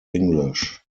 english